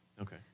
Okay